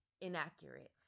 inaccurate